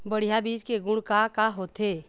बढ़िया बीज के गुण का का होथे?